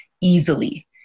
easily